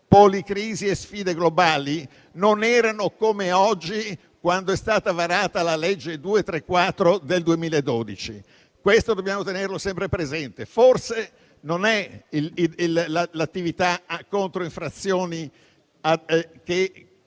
policrisi e sfide globali non erano come oggi, quando è stata varata la legge n. 234 del 2012. Questo dobbiamo tenerlo sempre presente. Forse non è l'attività contro le infrazioni che